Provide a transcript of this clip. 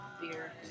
beer